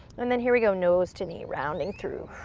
and then here we go, nose to knee, rounding through.